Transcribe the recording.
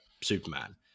Superman